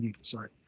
Sorry